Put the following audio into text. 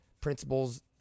principles